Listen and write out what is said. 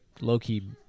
low-key